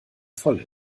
voll